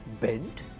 bent